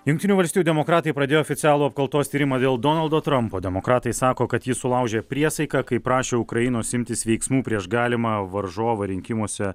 jungtinių valstijų demokratai pradėjo oficialų apkaltos tyrimą dėl donaldo trampo demokratai sako kad jis sulaužė priesaiką kai prašė ukrainos imtis veiksmų prieš galimą varžovą rinkimuose